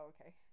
okay